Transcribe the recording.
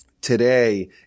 today